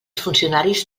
funcionaris